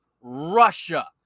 Russia